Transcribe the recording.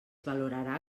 valorarà